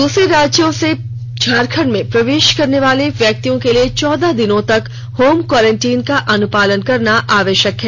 दूसरे राज्यों से झारखंड में प्रवेश करने वाले व्यक्तियों के लिए चौदह दिनों तक होम क्वॉरेंटाइन का अनुपालन करना आवश्यक है